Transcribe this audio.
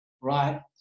right